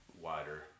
wider